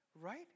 right